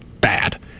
bad